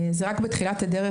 זה רק בתחילת הדרך,